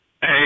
Hey